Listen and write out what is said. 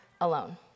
alone